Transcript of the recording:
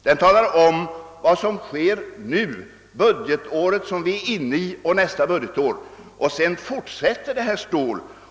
Den talar om vad som händer nu, under det budgetår som vi är inne i och vad som händer under nästa budgetår. Och sedan fortsätter det, herr Ståhl.